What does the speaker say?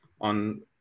on